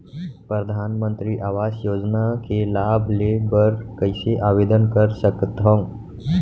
परधानमंतरी आवास योजना के लाभ ले बर कइसे आवेदन कर सकथव?